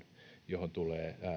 johon tulee